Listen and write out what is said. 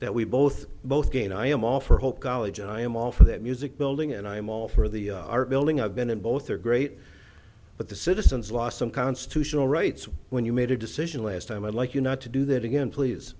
that we both both again i am all for hope college i am all for that music building and i'm all for the our building i've been in both are great but the citizens lost some constitutional rights when you made a decision last time i'd like you not to do that again please